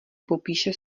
popíše